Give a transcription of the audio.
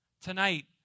tonight